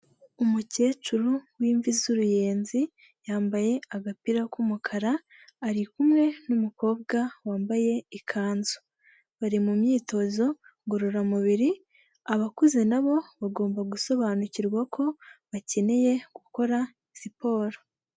Umukecuru w'imvi z'uruyenzi, yambaye agapira k'umukara, ari kumwe n'umukobwa wambaye ikanzu. Bari mu myitozo ngororamubiri, abakuze nabo bagomba gusobanukirwa ko, bakeneye gukora siporo.